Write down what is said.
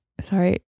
sorry